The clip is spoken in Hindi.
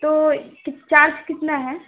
तो चार्ज कितना है